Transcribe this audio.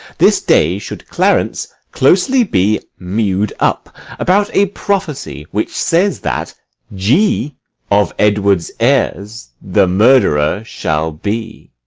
this day should clarence closely be mew'd up about a prophecy which says that g of edward's heirs the murderer shall be.